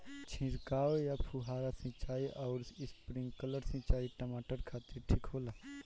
छिड़काव या फुहारा सिंचाई आउर स्प्रिंकलर सिंचाई टमाटर खातिर ठीक होला?